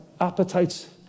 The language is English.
appetites